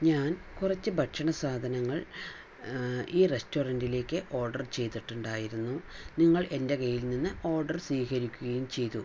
ഞാൻ കുറച്ച് ഭക്ഷണ സാധനങ്ങൾ ഈ റസ്റ്റോറന്റിലേക്ക് ഓർഡർ ചെയ്തിട്ടുണ്ടായിരുന്നു നിങ്ങൾ എൻ്റെ കയ്യിൽ നിന്ന് ഓർഡർ സ്വീകരിക്കുകയും ചെയ്തു